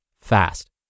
fast